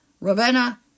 Ravenna